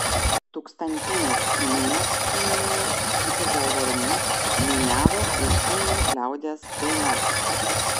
tūkstantinės minios kinijoje su žalvariniu niūniavo ir kinų liaudies dainas